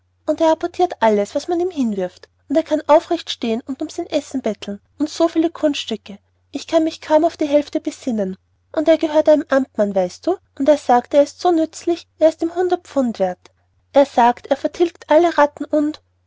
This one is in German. und er apportirt alles was man ihm hinwirft und er kann aufrecht stehen und um sein essen betteln und so viel kunststücke ich kann mich kaum auf die hälfte besinnen und er gehört einem amtmann weißt du und er sagt er ist so nützlich er ist ihm hundert pfund werth er sagt er vertilgt alle ratten und